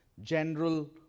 general